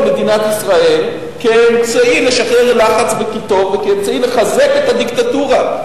מדינת ישראל כאמצעי לשחרר לחץ וקיטור וכאמצעי לחזק את הדיקטטורה.